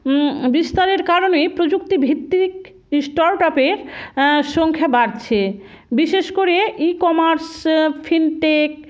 বিস্তারের কারণেই প্রযুক্তিভিত্তিক স্টার্ট আপের সংখ্যা বাড়ছে বিশেষ করে ই কমার্স ফিনটেক